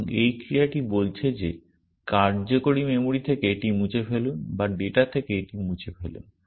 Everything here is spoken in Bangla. এবং এই ক্রিয়াটি বলছে যে কার্যকারী মেমরি থেকে এটি মুছে ফেলুন বা ডেটা থেকে এটি মুছে ফেলুন